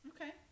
Okay